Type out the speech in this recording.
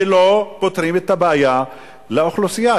שלא פותרים את הבעיה לאוכלוסייה.